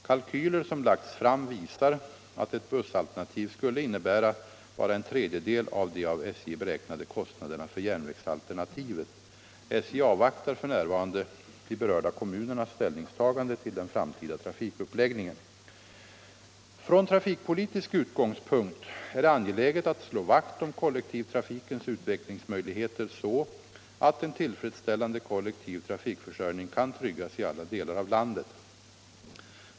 Kalkyler som lagts fram visar att ett bussalternativ skulle innebära bara en tredjedel av de av SJ beräknade kostnaderna för järnvägsalternativet. SJ avvaktar f. n. de berörda kommunernas ställningstagande till den framtida trafikuppläggningen. Från trafikpolitisk utgångspunkt är det angeläget att slå vakt om kollektivtrafikens utvecklingsmöjligheter, så att en tillfredsställande kollek | tiv trafikförsörjning kan tryggas i alla delar av landet.